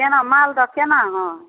एहिमे मालदह कोना हइ